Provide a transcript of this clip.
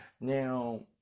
Now